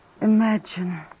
Imagine